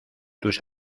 tus